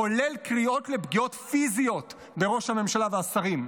כולל קריאות לפגיעות פיזיות בראש הממשלה והשרים.